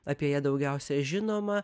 apie ją daugiausia žinoma